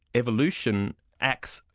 evolution acts,